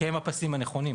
כי הם הפסים הנכונים.